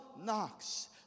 knocks